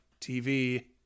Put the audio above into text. TV